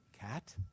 cat